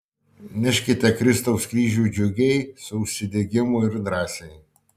neškite kristaus kryžių džiugiai su užsidegimu ir drąsiai